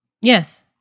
Yes